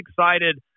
excited